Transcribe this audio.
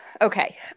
Okay